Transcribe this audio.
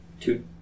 Two